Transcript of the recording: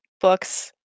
books